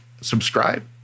subscribe